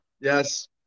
Yes